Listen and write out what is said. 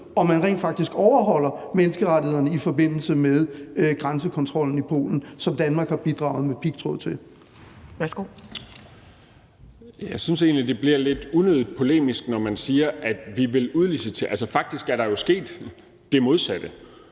om man rent faktisk overholder menneskerettighederne i forbindelse med grænsekontrollen i Polen, som Danmark har bidraget med pigtråd til. Kl. 10:24 Anden næstformand (Pia Kjærsgaard): Værsgo. Kl. 10:24 Jens Joel (S): Jeg synes egentlig, at det bliver lidt unødig polemisk, når man siger, at vi vil udlicitere det. Altså, faktisk er der jo sket det modsatte.